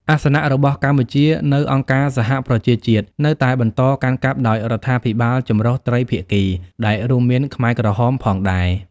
អាសនៈរបស់កម្ពុជានៅអង្គការសហប្រជាជាតិនៅតែបន្តកាន់កាប់ដោយរដ្ឋាភិបាលចម្រុះត្រីភាគី ដែលរួមមានខ្មែរក្រហមផងដែរ។